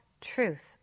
truth